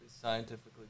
scientifically